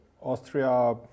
Austria